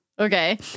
okay